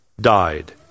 died